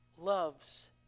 loves